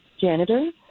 janitor